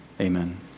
amen